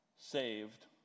saved